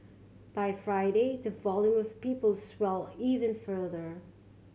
by Friday the volume of people swelled even further